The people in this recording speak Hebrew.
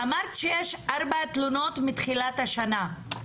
אמרת שיש ארבע תלונות מתחילת השנה,